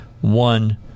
one